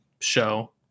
show